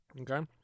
Okay